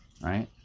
right